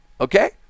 Okay